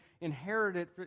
inherited